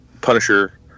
Punisher